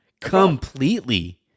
completely